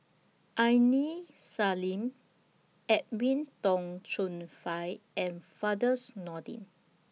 Aini Salim Edwin Tong Chun Fai and Firdaus Nordin